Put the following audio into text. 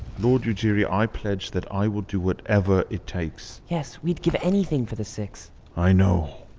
lord ujiri, i pledge that i will do whatever it takes yes. we'd give anything for the six i know